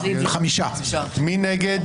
מי בעד